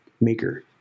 maker